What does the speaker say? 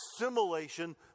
assimilation